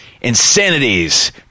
Insanities